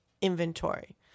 inventory